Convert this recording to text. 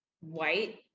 white